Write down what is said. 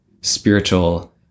spiritual